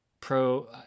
pro